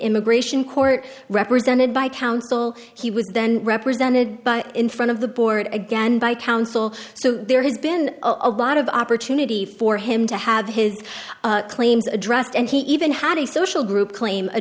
immigration court represented by counsel he would then represented by in front of the board again by counsel so there has been a lot of opportunity for him to have his claims addressed and he even had a social group claim a